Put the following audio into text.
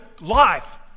life